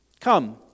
come